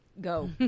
Go